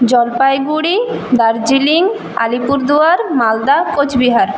Jalpaiguri Darjeeling Alipurduar Malda Cooch Behar